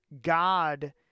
God